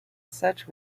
such